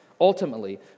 ultimately